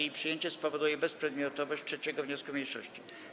Jej przyjęcie spowoduje bezprzedmiotowość 3. wniosku mniejszości.